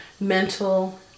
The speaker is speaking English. mental